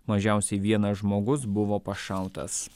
mažiausiai vienas žmogus buvo pašautas